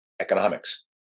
economics